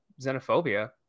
xenophobia